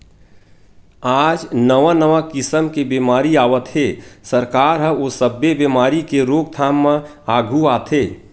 आज नवा नवा किसम के बेमारी आवत हे, सरकार ह ओ सब्बे बेमारी के रोकथाम म आघू आथे